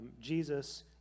Jesus